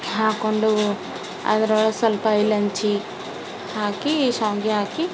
ಹಾಕ್ಕೊಂಡು ಅದ್ರೊಳಗೆ ಸ್ವಲ್ಪ ಇಲಂಚಿ ಹಾಕಿ ಶಾವಿಗೆ ಹಾಕಿ